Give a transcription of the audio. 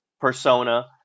persona